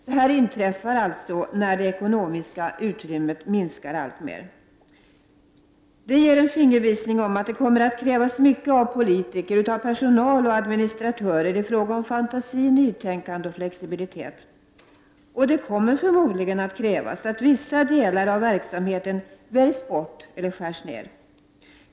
Det här inträffar alltså när det ekonomiska utrymmet minskar alltmer. Det ger en fingervisning om att det kommer att krävas mycket av politiker, personal och administratörer i fråga om fantasi, nytänkande och flexibilitet. Och det kommer förmodligen att krävas att vissa delar av verksamheten väljs bort eller skärs ned.